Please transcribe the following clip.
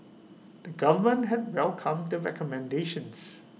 the government had welcomed the recommendations